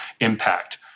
impact